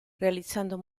realizzando